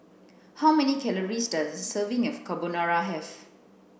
how many calories does a serving of Carbonara have